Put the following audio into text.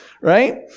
right